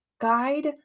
guide